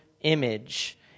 image